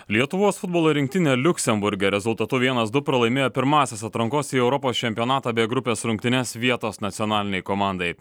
lietuvos futbolo rinktinė liuksemburge rezultatu vienas du pralaimėjo pirmąsias atrankos į europos čempionatą bė grupės rungtynes vietos nacionalinei komandai